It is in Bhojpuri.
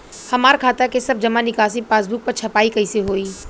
हमार खाता के सब जमा निकासी पासबुक पर छपाई कैसे होई?